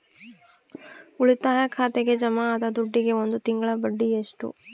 ಉಳಿತಾಯ ಖಾತೆಗೆ ಜಮಾ ಆದ ದುಡ್ಡಿಗೆ ಒಂದು ತಿಂಗಳ ಬಡ್ಡಿ ಎಷ್ಟು?